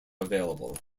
available